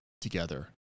together